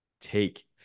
take